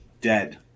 Dead